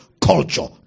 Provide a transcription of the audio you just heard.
culture